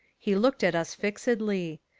he looked at us fixedly.